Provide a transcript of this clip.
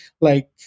like-